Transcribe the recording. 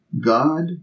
God